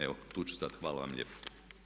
Evo tu ću stati, hvala vam lijepo.